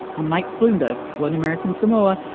and mike bloomberg won american samoa.